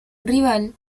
rival